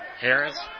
Harris